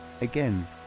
again